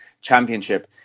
championship